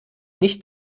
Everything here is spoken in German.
nicht